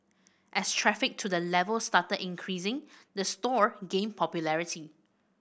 as traffic to the level started increasing the store gained popularity